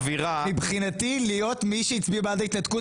מבחינתי להיות מי שהצביע בעד ההתנתקות